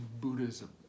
Buddhism